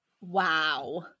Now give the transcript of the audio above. Wow